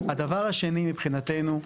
הדבר השני מבחינתנו,